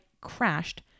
crashed